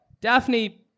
Daphne